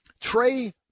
Trey –